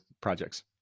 projects